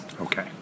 Okay